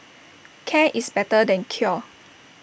care is better than cure